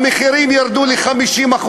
המחירים ירדו ל-50%.